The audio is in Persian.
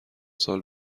سال